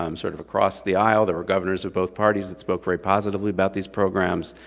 um sort of across the aisle, there were governors of both parties that spoke very positively about these programs.